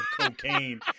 cocaine